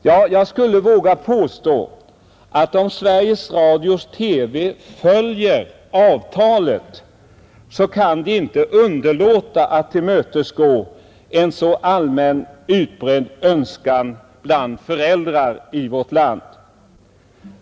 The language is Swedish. Ja, jag vill påstå att om Sveriges Radio följer avtalet, kan man inte underlåta att tillmötesgå en så allmänt utbredd önskan bland föräldrarna i vårt land.